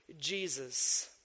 Jesus